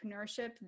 entrepreneurship